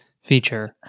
feature